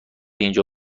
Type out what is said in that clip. اینجا